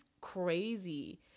crazy